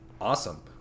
awesome